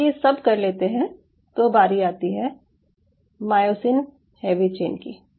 जब आप ये सब कर लेते हैं तो बारी आती है मायोसिन हैवी चेन की